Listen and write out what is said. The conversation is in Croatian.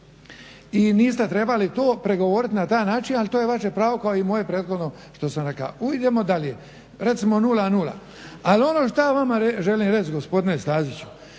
i niste trebali to pregovorit na taj način ali to je vaše pravo kao i moje prethodno što sam rekao. Idemo dalje, recimo 00. Ali ono što ja vama želim reći gospodine Staziću,